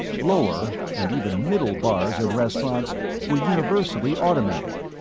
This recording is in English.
lower, and even middle bars and restaurants were universally automated,